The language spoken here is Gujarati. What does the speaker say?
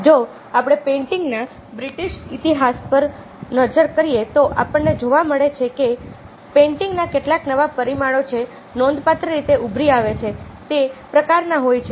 જો આપણે પેઈન્ટીંગના બ્રિટિશ ઈતિહાસ પર પણ નજર કરીએ તો આપણને જોવા મળે છે કે પેઇન્ટિંગના કેટલાક નવા પરિમાણો જે નોંધપાત્ર રીતે ઉભરી આવે છે તે તે પ્રકારના હોય છે